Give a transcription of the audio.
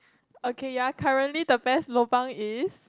okay ya currently the best lobang is